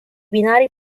binari